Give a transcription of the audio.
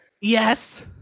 yes